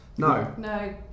No